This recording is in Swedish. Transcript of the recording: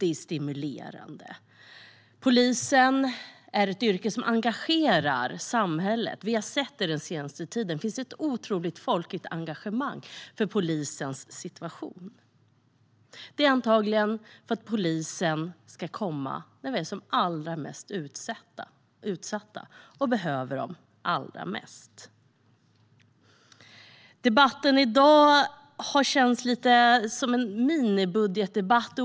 Det är stimulerande. Polisyrket är ett yrke som engagerar samhället. Vi har sett det den senaste tiden. Det finns ett otroligt folkligt engagemang för polisens situation. Det är antagligen för att polisen ska komma när vi är som allra mest utsatta och behöver dem allra mest. Debatten i dag har känts lite som en minibudgetdebatt.